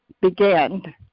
began